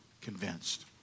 convinced